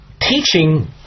teaching